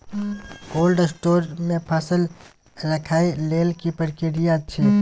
Cold store मे फसल रखय लेल की प्रक्रिया अछि?